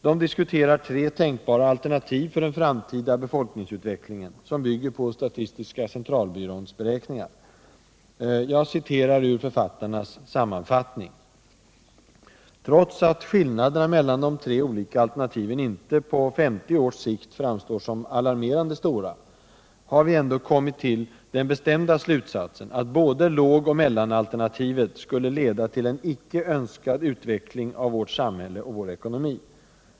De diskuterar tre tänkbara alternativ för den framtida befolkningsutvecklingen, som bygger på statistiska centralbyråns beräkningar. Jag citerar ur författarnas sammanfattning: ”Trots att skillnaderna mellan de tre olika alternativen inte på 50 års sikt framstår som alarmerande stora har vi ändå kommit till den bestämda slutsatsen att både lågoch mellanalternativet skulle leda till en icke önskad utveckling av vårt samhälle och vår ekonomi.